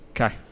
Okay